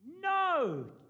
No